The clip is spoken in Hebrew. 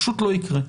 פשוט לא יקרה.